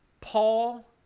Paul